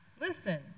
Listen